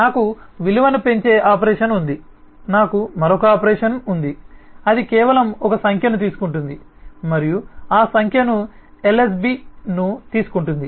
నాకు విలువను పెంచే ఆపరేషన్ ఉంది నాకు మరొక ఆపరేషన్ ఉంది అది కేవలం ఒక సంఖ్యను తీసుకుంటుంది మరియు ఆ సంఖ్య యొక్క LSB ను తీసుకుంటుంది